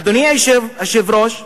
אדוני היושב-ראש,